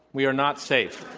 we are not safe.